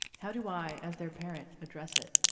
how do y as their parent address it?